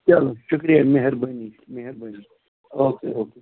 چلو شُکریہ مہربٲنی مہربٲنی او کے او کے